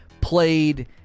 played